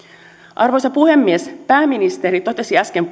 arvoisa puhemies pääministeri totesi äsken